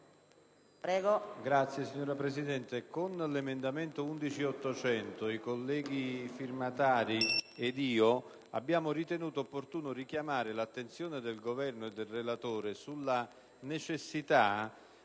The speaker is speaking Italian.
*(PD)*. Signora Presidente, con l'emendamento 11.800 io ed i colleghi cofirmatari abbiamo ritenuto opportuno richiamare l'attenzione del Governo e del relatore sulla necessità